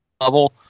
level